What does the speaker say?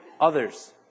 others